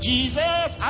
Jesus